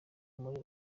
muri